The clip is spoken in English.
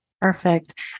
Perfect